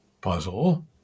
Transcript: puzzle